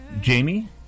Jamie